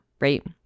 right